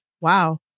Wow